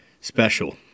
special